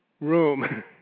room